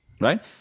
right